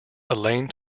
elaine